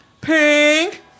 Pink